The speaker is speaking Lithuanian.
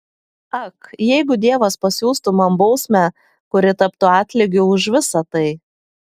ak jeigu dievas pasiųstų man bausmę kuri taptų atlygiu už visa tai